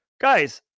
guys